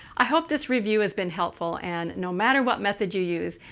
i hope this review has been helpful. and no matter what method you use,